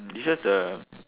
it's just the